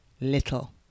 little